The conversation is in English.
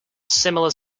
similar